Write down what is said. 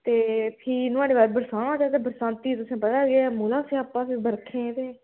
ते फ्ही नुआढ़े बाद बरसांत ऐ ते बरसांती तुसें पता गै मुआ स्यापा फ्ही बरखें ते